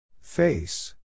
Face